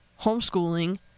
homeschooling